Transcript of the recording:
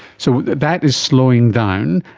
so that is slowing down.